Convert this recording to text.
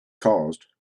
caused